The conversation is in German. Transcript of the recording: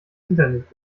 internet